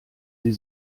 sie